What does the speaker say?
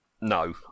No